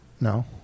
No